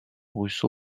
russo